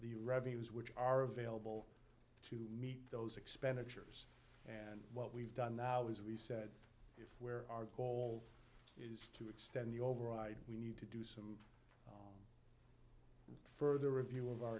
revenues which are available to meet those expenditures and what we've done now is we said if where our goal to extend the override we need to do so further review of our